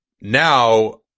now